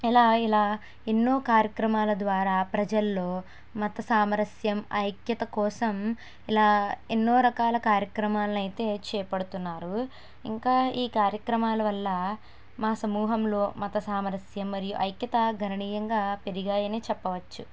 ఇలా ఇలా ఎన్నో కార్యక్రమాల ద్వారా ప్రజలలో మత సామరస్యం ఐక్యత కోసం ఇలా ఎన్నో రకాల కార్యక్రమాలను అయితే చేపడుతున్నారు ఇంకా ఈ కార్యక్రమాల వల్ల మా సమూహంలో మత సామరస్యం మరియు ఐక్యత గణనీయంగా పెరిగాయి అనే చెప్పవచ్చు